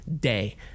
day